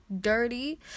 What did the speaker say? dirty